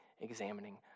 examining